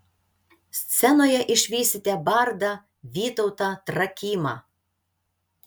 scenoje išvysite bardą vytautą trakymą